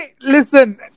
listen